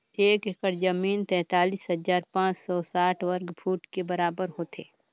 एक एकड़ जमीन तैंतालीस हजार पांच सौ साठ वर्ग फुट के बराबर होथे